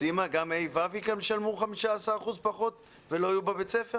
גם תלמידי כיתות ה'-ו' ישלמו 15 אחוזים פחות ולא יהיו בבית הספר